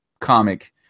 comic